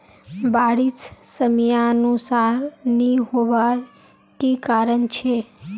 बारिश समयानुसार नी होबार की कारण छे?